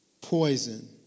poison